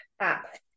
app